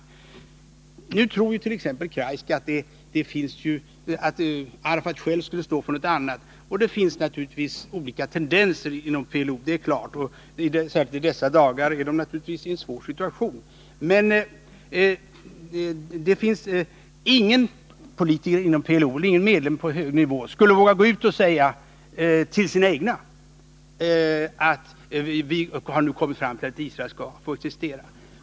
127 Nu tror ju t.ex. Kreisky att Arafat därvidlag själv skulle stå för något annat, och det finns naturligtvis olika tendenser inom PLO. Särskilt i dessa dagar är PLO naturligtvis i en svår situation. Men det finns ingen medlem av PLO på hög nivå som skulle våga gå ut och säga till sina egna, att vi har nu kommit fram till att Israel skall få existera.